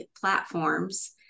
platforms